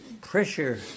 pressure